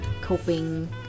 coping